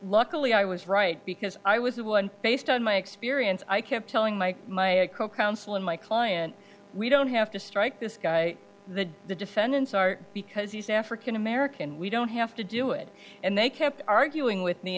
luckily i was right because i was the one based on my experience i kept telling my my co counsel and my client we don't have to strike this guy that the defendants are because he's african american we don't have to do it and they kept arguing with me